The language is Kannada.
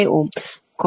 075 ಓಮ್ 1